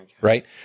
right